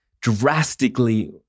Drastically